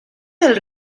del